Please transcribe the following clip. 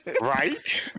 Right